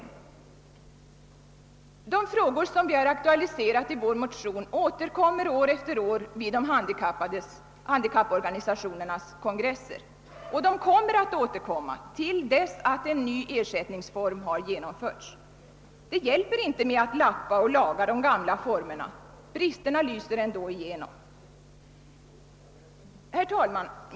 De frågor som aktualiserats i vår motion återkommer år efter år vid handikapporganisationernas kongresser. De återkommer till dess att en ny ersättningsform genomförts. Det hjälper inte med att lappa och laga de gamla formerna. Bristerna lyser ändå igenom. Herr talman!